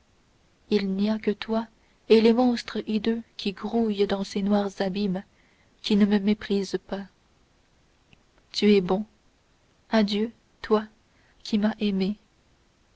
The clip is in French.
il n'y a que toi et les monstres hideux qui grouillent dans ces noirs abîmes qui ne me méprisent pas tu es bon adieu toi qui m'as aimée